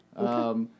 Okay